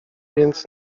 więc